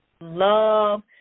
love